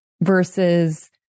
Versus